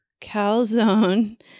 calzone